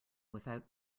without